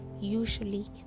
usually